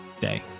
day